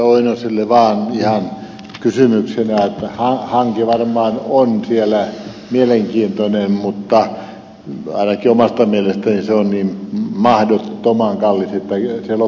oinoselle vaan ihan kysymyksenä että hanke varmaan on siellä mielenkiintoinen mutta ainakin omasta mielestäni se on niin mahdottoman kallis että siihen loppuu varmaan mielenkiinto